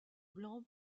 blanc